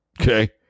Okay